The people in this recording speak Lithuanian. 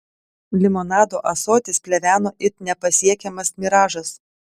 limonado ąsotis pleveno it nepasiekiamas miražas